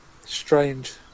Strange